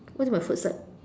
what about food fight